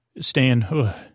Stan